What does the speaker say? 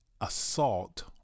assault